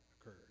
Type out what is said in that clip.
occurred